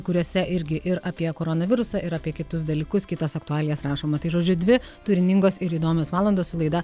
kuriuose irgi ir apie koronavirusą ir apie kitus dalykus kitas aktualijas rašoma tai žodžiu dvi turiningos ir įdomios valandos su laida